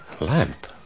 lamp